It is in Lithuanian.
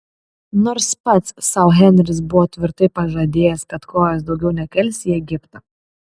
nors pats sau henris buvo tvirtai pažadėjęs kad kojos daugiau nekels į egiptą